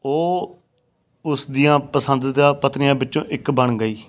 ਉਹ ਉਸ ਦੀਆਂ ਪਸੰਦੀਦਾ ਪਤਨੀਆਂ ਵਿੱਚੋਂ ਇੱਕ ਬਣ ਗਈ